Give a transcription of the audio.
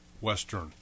western